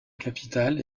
capitale